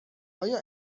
آیا